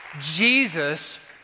Jesus